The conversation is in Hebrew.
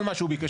כל מה שהוא ביקש